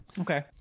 Okay